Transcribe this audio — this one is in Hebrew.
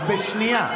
את בשנייה.